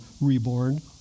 reborn